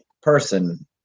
person